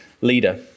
leader